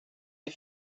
die